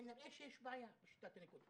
כנראה שיש בעיה בשיטת הניקוד.